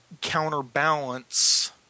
counterbalance